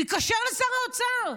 תתקשר לשר האוצר.